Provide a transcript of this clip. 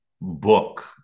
book